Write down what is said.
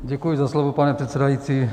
Děkuji za slovo, pane předsedající.